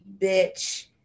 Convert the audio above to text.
bitch